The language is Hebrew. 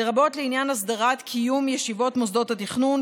לרבות לעניין הסדרת קיום ישיבות מוסדות התכנון,